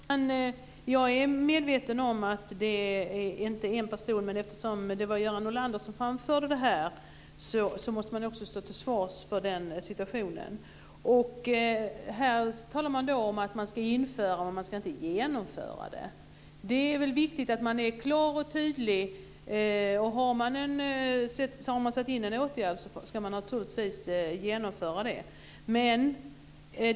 Herr talman! Jag är medveten om att det inte är en person som gör det, men eftersom det var Göran Norlander som framförde det här måste han också stå till svars för den situationen. Här talar man om att införa, inte om att genomföra. Det är väl viktigt att man är klar och tydlig. Har man satt in en åtgärd ska man naturligtvis genomföra det.